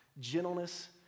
gentleness